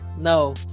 no